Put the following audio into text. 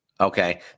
Okay